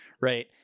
right